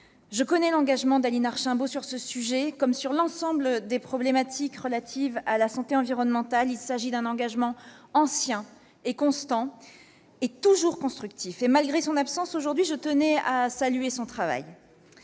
Je connais l'engagement d'Aline Archimbaud sur ce sujet, comme sur l'ensemble des questions relatives à la santé environnementale. Il s'agit d'un engagement ancien, constant et toujours constructif. Malgré son absence aujourd'hui, je tenais à saluer son travail.